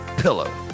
pillow